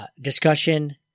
discussion